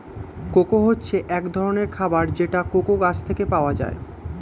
cocoa হচ্ছে এক ধরনের খাবার যেটা কোকো গাছ থেকে পাওয়া যায়